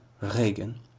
Regen